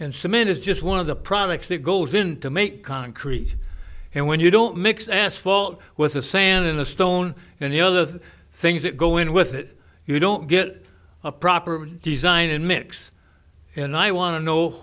and cement is just one of the products that goes in to make concrete and when you don't mix asphalt with the sand in the stone and you know those things that go in with it you don't get a proper design and mix and i want to know